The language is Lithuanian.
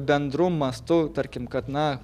bendru mastu tarkim kad na